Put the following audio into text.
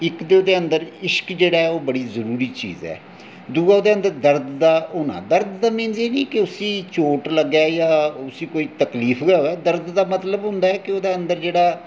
इक्क ते ओह्दे अंदर इश्क जेह्ड़ा ओह् बड़ी जरूरी चीज़ ऐ दूआ ओह्दे अंदर दर्द दा होना दर्द दा एह् निं ऐ कि उसी चोट लग्गे जां उसी कोई तकलीफ गै होऐ दर्द दा मतलब होंदा ऐि ओह्दा अंदर जेह्ड़ा